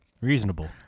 reasonable